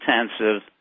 intensive